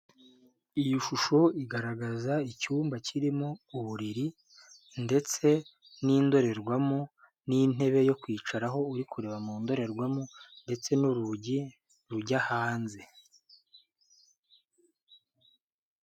Iyi shusho igaragaza icyumba kirimo uburiri, ndetse n'indorerwamo, n'intebe yo kwicaraho, uri kureba mu ndorerwamo, ndetse n'urugi rujya hanze.